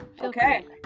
okay